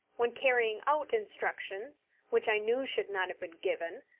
when carrying out instructions which i knew should not have been given,